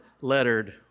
lettered